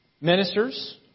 Ministers